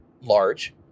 large